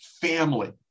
family